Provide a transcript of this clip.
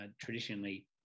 traditionally